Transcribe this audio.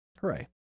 hooray